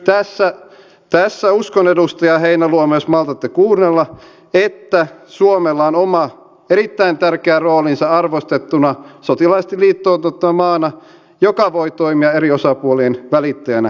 tässä uskon edustaja heinäluoma jos maltatte kuunnella että suomella on oma erittäin tärkeä roolinsa arvostettuna sotilaallisesti liittoutumattomana maana joka voi toimia eri osapuolien välittäjänä tarvittaessa